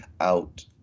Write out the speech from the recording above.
out